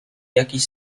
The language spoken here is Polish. jakiś